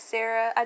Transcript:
Sarah